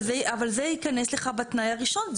אבל זה ייכנס לך בתנאי הראשון.